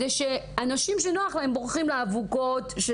אנשים שנוח להם בורחים לאבוקות ולאלימות,